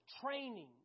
training